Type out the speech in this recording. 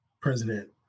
president